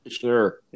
Sure